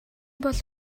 бол